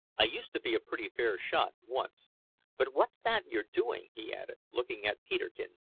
i used to be a pretty fair shot once but what's that you're doing? he added, looking at peterkin,